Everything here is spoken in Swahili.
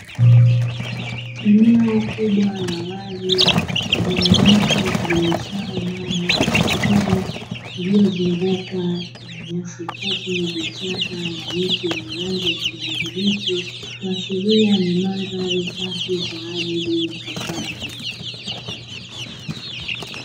Eneo kubwa la wazi lenye mto utiririshao maji taratibu lililozungugkwa na nyasi fupi, vichaka na miti ya rangi ya kijani kibichi; kuashiria mandhari safi kwa ajili ya hifadhi.